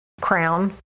Crown